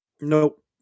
Nope